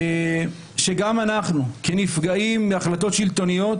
גם אנחנו כנפגעים מהחלטות שלטוניות